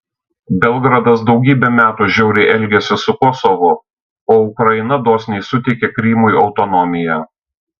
belgradas daugybę metų žiauriai elgėsi su kosovu o ukraina dosniai suteikė krymui autonomiją